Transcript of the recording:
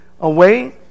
away